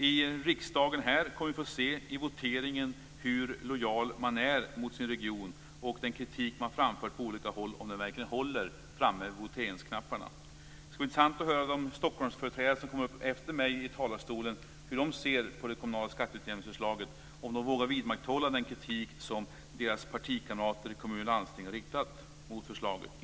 I riksdagen kommer vi att få se vid voteringen hur lojal man är mot sin region och om den kritik man framfört på olika håll verkligen håller framme vid voteringsknapparna. Det skulle vara intressant att höra hur de Stockholmsföreträdare som kommer efter mig i talarstolen ser på det kommunala skatteutjämningsförslaget, om de vågar vidmakthålla den kritik som deras partikamrater i kommuner och landsting har riktat mot förslaget.